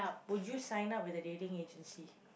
would you sign up with a dating agency